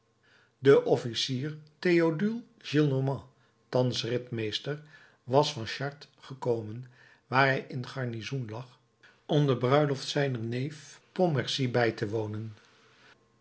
de officier theodule gillenormand thans ritmeester was van chartres gekomen waar hij in garnizoen lag om de bruiloft van zijn neef pontmercy bij te wonen